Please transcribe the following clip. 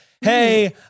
hey